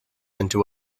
into